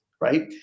right